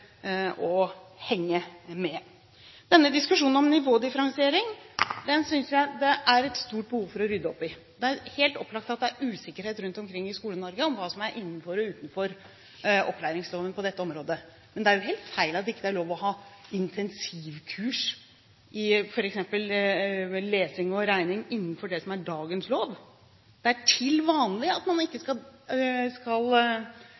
henge med. Denne diskusjonen om nivådifferensiering synes jeg det er et stort behov for å rydde opp i. Det er helt opplagt at det er usikkerhet rundt omkring i Skole-Norge om hva som er innenfor og utenfor opplæringsloven på dette området. Men det er helt feil at det ikke er lov å ha intensivkurs i f.eks. lesing og regning innenfor det som er dagens lov. Det er til vanlig at man ikke skal